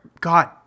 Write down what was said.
god